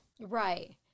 Right